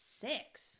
six